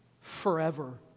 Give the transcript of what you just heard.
forever